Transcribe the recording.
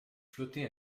flotter